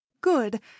good